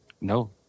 No